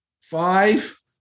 five